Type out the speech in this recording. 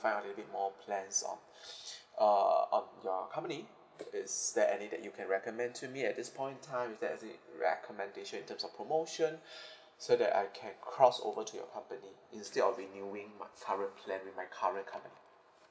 find out a little bit more plans on uh on your company is there any that you can recommend to me at this point in time is there any recommendation in terms of promotion so that I can cross over to your company instead of renewing my current plan with my current company